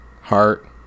heart